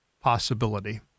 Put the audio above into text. possibility